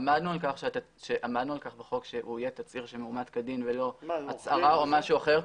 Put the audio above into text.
עמדנו על כך בחוק שהוא יהיה תצהיר שמאומת כדין ולא הצהרה או משהו אחר.